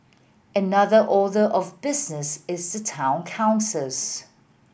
another order of business is the town councils